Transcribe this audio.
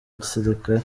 gisirikare